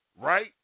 right